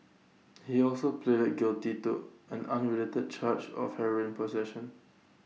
he also pleaded guilty to an unrelated charge of heroin possession